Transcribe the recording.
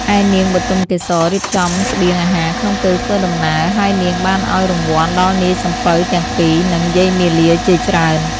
ឯនាងបុទមកេសររៀបចំស្បៀងអាហារក្នុងពេលធ្វើដំណើរ ហើយនាងបានឱ្យរង្វាន់ដល់នាយសំពៅទាំងពីរ និងយាយមាលាជាច្រើន។